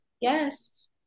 Yes